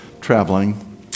traveling